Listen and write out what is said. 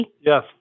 Yes